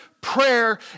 prayer